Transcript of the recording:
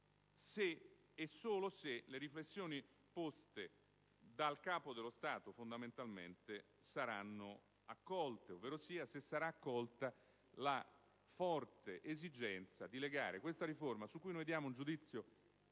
se, e solo se, le riflessioni svolte dal Capo dello Stato fondamentalmente saranno accolte, ovverosia se sarà accolta la forte esigenza di legare questa riforma, su cui noi esprimiamo un giudizio